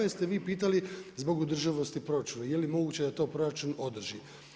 Jer ste vi pitali zbog održivosti proračuna, je li moguće da to proračun održi.